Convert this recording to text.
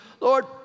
Lord